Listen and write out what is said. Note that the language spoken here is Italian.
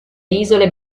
isole